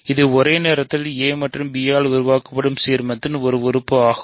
இது ஒரே நேரத்தில் a மற்றும் b ஆல் உருவாக்கப்படும் சீர்மத்தின் ஒரு உறுப்பு ஆகும்